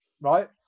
right